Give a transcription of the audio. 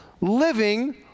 living